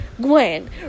Gwen